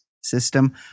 system